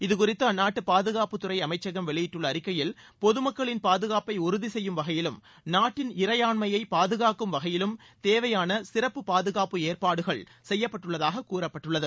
இதுகுறித்து அந்நாட்டு பாதுகாப்புத்துறை அமைச்சகம் வெளியிட்டுள்ள அறிக்கையில் பொது மக்களின் பாதுகாப்பை உறுதி செய்யும் வகையிலும் நாட்டின் இறையாண்மையை பாதுகாக்கும் வகையிலும் தேவையான சிறப்பு பாதுகாப்பு ஏற்பாடுகள் செய்யப்பட்டுள்ளதாக கூறப்பட்டுள்ளது